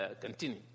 continue